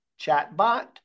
chatbot